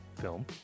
film